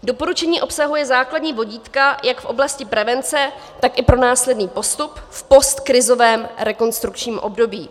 Doporučení obsahuje základní vodítka jak v oblasti prevence, tak i pro následný postup v postkrizovém rekonstrukčním období.